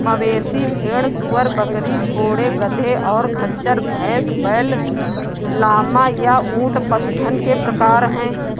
मवेशी, भेड़, सूअर, बकरी, घोड़े, गधे, और खच्चर, भैंस, बैल, लामा, या ऊंट पशुधन के प्रकार हैं